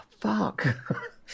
fuck